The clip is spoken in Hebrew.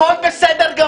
הכול בסדר.